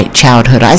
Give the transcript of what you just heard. childhood